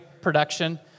production